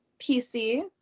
PC